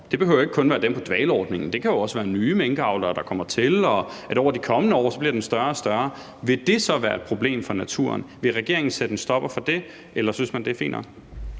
det behøver ikke kun være dem på dvaleordningen, det kan også være nye minkavlere, der kommer til, og det kan være, at produktionen over de kommende år bliver større og større – vil det så være et problem for naturen? Vil regeringen sætte en stopper for det, eller synes man, det er fint